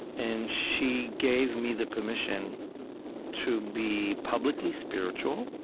and she gave me the permission to be publicly spiritual,